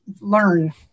learn